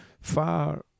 far